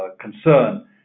concern